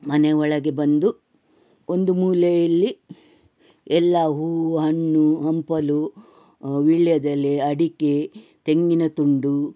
ಮನೆ ಒಳಗೆ ಬಂದು ಒಂದು ಮೂಲೆಯಲ್ಲಿ ಎಲ್ಲ ಹೂವು ಹಣ್ಣು ಹಂಪಲು ವೀಳ್ಯದೆಲೆ ಅಡಿಕೆ ತೆಂಗಿನ ತುಂಡು